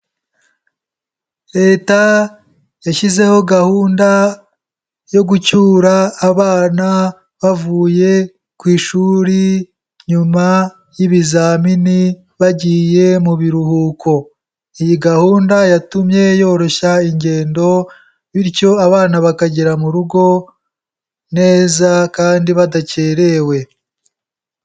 Leta yashyizeho gahunda yo gucyura abana bavuye ku ishuri nyuma y'ibizamini bagiye mu biruhuko, iyi gahunda yatumye yoroshya ingendo bityo abana bakagera mu rugo neza kandi badakerewe.